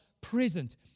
present